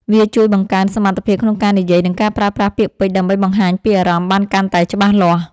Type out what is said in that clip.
វាជួយបង្កើនសមត្ថភាពក្នុងការនិយាយ និងការប្រើប្រាស់ពាក្យពេចន៍ដើម្បីបង្ហាញពីអារម្មណ៍បានកាន់តែច្បាស់លាស់។